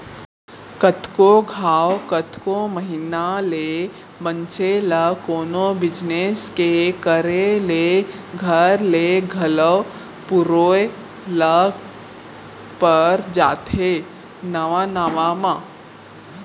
कतको घांव, कतको महिना ले मनसे ल कोनो बिजनेस के करे ले घर ले घलौ पुरोय ल पर जाथे नवा नवा म